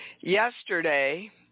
Yesterday